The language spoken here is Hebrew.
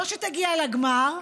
לא שתגיע אל הגמר,